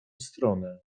stronę